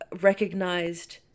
recognized